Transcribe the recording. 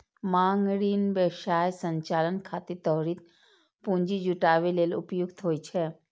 मांग ऋण व्यवसाय संचालन खातिर त्वरित पूंजी जुटाबै लेल उपयुक्त होइ छै